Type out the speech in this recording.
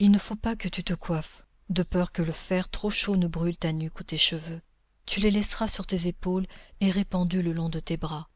il ne faut pas que tu te coiffes de peur que le fer trop chaud ne brûle ta nuque ou tes cheveux tu les laisseras sur tes épaules et répandus le long de tes bras